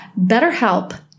BetterHelp